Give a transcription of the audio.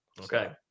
okay